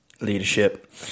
Leadership